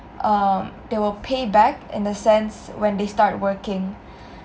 um they will pay back in the sense when they start working